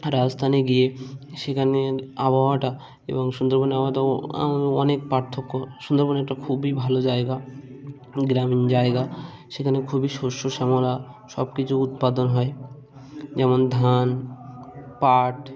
রাজস্থানে গিয়ে সেখানের আবহাওয়াটা এবং সুন্দরবনের আবহাওয়াটাও অনেক পার্থক্য সুন্দরবন একটা খুবই ভালো জায়গা গ্রামীণ জায়গা সেখানে খুবই শস্য শ্যামলা সব কিছু উৎপাদন হয় যেমন ধান পাট